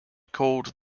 called